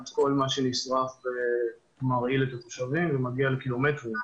את כל מה שנשרף ומרעיל את התושבים ומגיע לקילומטרים,